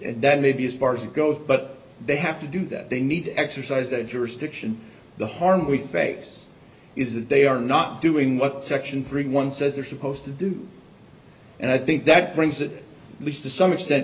that may be as far as it goes but they have to do that they need to exercise that jurisdiction the harm we face is that they are not doing what section thirty one dollars says they're supposed to do and i think that brings that leads to some extent